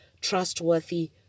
trustworthy